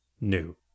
new